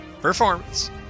performance